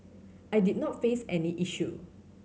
I did not face any issue